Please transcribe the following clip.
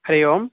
Hari Om